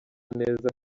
neza